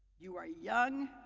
you are young,